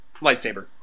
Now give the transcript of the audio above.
lightsaber